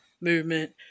movement